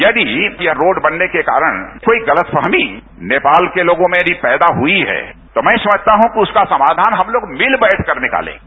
यदि यह रोड बनने के कारण कोई गलतफहमी नेपाल के लोगों में यदि पैदा डुई है तो मैं समझता हूं कि इसका समाधान हम लोग मिल बैठ कर निकालेंगे